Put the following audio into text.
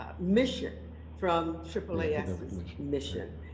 ah mission from aaas's mission.